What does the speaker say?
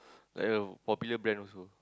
like a popular brand also